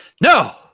no